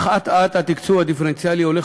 אך אט-אט התקצוב הדיפרנציאלי הולך